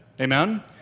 Amen